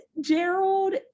Gerald